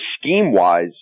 scheme-wise